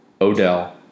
Odell